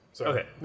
Okay